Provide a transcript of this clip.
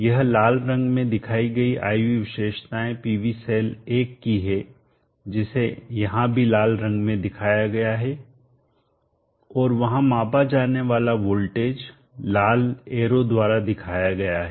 यह लाल रंग में दिखाई गई I V विशेषताएँ PV सेल 1 की है जिसे यहाँ भी लाल रंग में दिखाया गया है और वहाँ मापा जाने वाला वोल्टेज लाल एरो द्वारा दिखाया गया है